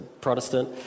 Protestant